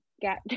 get